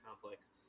complex